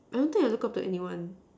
I don't think I look up to anyone